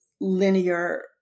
linear